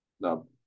No